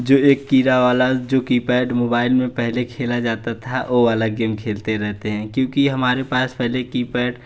जो एक कीड़ा वाला जो कीपैड मोबाइल में पहले खेला जाता था वह वाला गेम खेलते रहते हैं क्योंकि हमारे पास पहले कीपैड